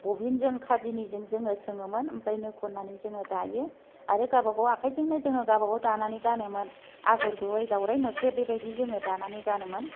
बबिनजों खादिनिजों जोङो सोङोमोन आमफ्रायनो खननानै जोङो दायो आरो गाबागाव आखायजोंनो जोङो गाबागाव दानानै गानोमोन आगर गुबै दावराइ मोख्रेब बेबायदि जोङो दानानै गानोमोन